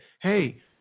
hey